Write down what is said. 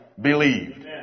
believed